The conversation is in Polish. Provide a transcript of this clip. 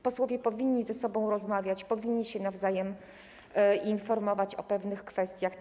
Posłowie powinni ze sobą rozmawiać, powinni się nawzajem informować o pewnych kwestiach.